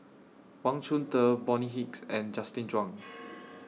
Wang Chunde Bonny Hicks and Justin Zhuang